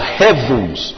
heavens